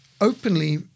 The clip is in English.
openly